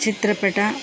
ಚಿತ್ರಪಟ